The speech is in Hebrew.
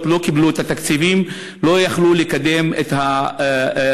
לא קיבלו את התקציבים ולא יכלו לקדם את המערכת